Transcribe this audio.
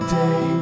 day